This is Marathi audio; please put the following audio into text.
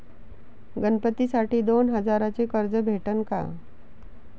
गणपतीसाठी दोन हजाराचे कर्ज भेटन का?